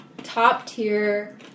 top-tier